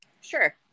Sure